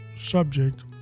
subject